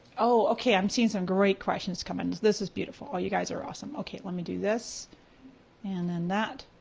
oh okay, i'm seeing some great questions come in so this is beautiful. oh, you guys are awesome. okay, let me do this and then that.